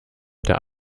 der